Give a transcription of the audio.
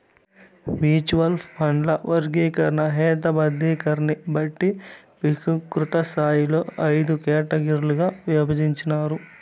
mutual ఫండ్ల వర్గీకరణ, హేతబద్ధీకరణని బట్టి విస్తృతస్థాయిలో అయిదు కేటగిరీలుగా ఇభజించినారు